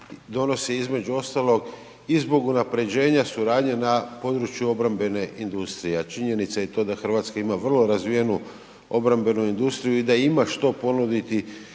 donose između ostalog i zbog unaprjeđenja suradnje na području obrambene industrije, a činjenica je to da RH ima vrlo razvijenu obrambenu industriju i da ima što ponuditi,